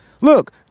look